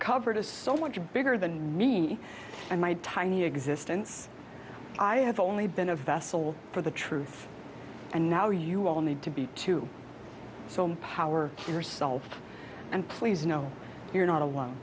covered is so much bigger than me and my tiny existence i have only been a vessel for the truth and now you all need to be to so empower yourself and please know you're not alone